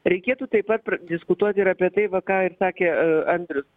reikėtų taip pat pradiskutuot ir apie tai va ką ir sakė andrius